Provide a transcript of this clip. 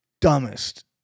dumbest